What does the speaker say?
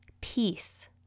Peace